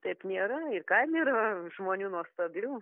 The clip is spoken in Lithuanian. taip nėra ir kaime yra žmonių nuostabių